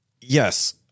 yes